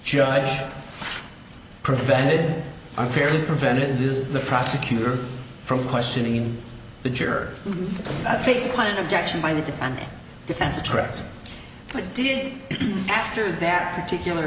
judge prevented unfairly prevented the prosecutor from questioning the juror i think supply an objection by the defendant defense attract what did after that particular